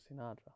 Sinatra